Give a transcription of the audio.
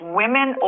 women